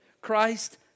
Christ